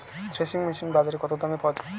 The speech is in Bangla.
থ্রেসিং মেশিন বাজারে কত দামে পাওয়া যায়?